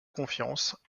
confiance